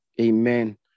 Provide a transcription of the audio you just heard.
Amen